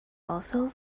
also